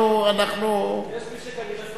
אנחנו, אנחנו, יש מי שכנראה סופר.